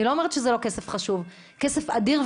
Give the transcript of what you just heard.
אני לא אומרת שזה לא כסף חשוב - זה כסף אדיר,